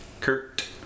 Kurt